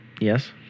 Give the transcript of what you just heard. Yes